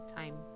time